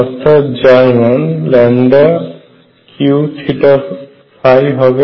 অর্থাৎ যার মান Q হবে